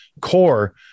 core